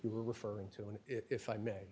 you were referring to and if i